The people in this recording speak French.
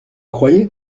croyais